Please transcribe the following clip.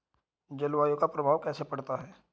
जलवायु का प्रभाव कैसे पड़ता है?